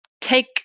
take